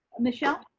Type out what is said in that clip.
michelle,